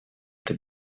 это